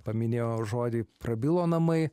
paminėjo žodį prabilo namai